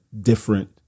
different